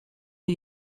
wir